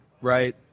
right